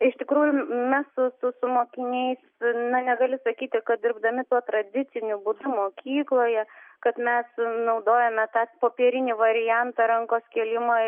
iš tikrųjų mes su su su mokiniais na negali sakyti kad dirbdami tuo tradiciniu būdu mokykloje kad mes naudojame tą popierinį variantą rankos kėlimą